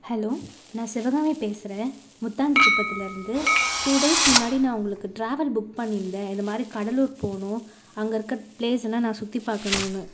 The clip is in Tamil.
ஹலோ நான் சிவகாமி பேசுகிறேன் முத்தாண்டி குப்பத்துலேருந்து டூ டேஸ் முன்னாடி நான் உங்களுக்கு ட்ராவல் புக் பண்ணியிருந்தேன் இந்த மாதிரி கடலூர் போகணும் அங்கே இருக்கற ப்ளேஸெல்லாம் நான் சுற்றி பார்க்கணுனு